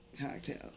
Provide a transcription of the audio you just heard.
cocktail